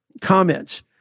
comments